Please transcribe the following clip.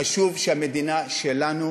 חשוב שהמדינה שלנו